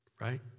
right